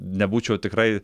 nebūčiau tikrai